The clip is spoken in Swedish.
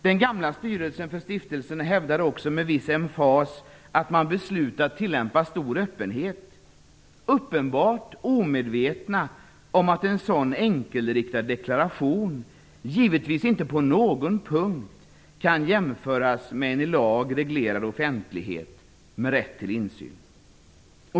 Den gamla styrelsen för stiftelsen hävdade också med viss emfas att man beslutat tillämpa stor öppenhet - uppenbart omedveten om att en sådan enkelriktad deklaration givetvis inte på någon punkt kan jämföras med en i lag reglerad offentlighet med rätt till insyn.